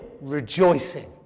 rejoicing